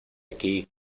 aquí